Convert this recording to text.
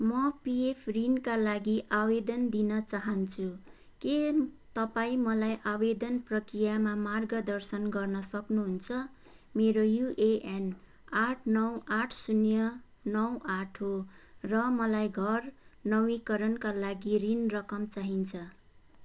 म पिएफ ऋणका लागि आवेदन दिन चाहन्छु के तपाईँ मलाई आवेदन प्रक्रियामा मार्गदर्शन गर्न सक्नुहुन्छ मेरो युएएन आठ नौ आठ शून्य नौ आठ हो र मलाई घर नवीकरणका लागि ऋण रकम चाहिन्छ